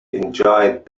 enjoyed